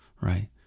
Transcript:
right